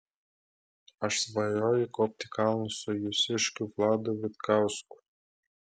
aš svajoju kopti į kalnus su jūsiškiu vladu vitkausku